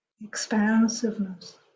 expansiveness